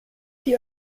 die